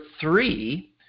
three